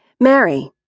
Mary